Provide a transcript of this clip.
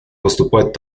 поступать